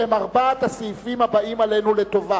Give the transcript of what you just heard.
שהם ארבעת הסעיפים הבאים עלינו לטובה.